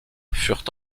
furent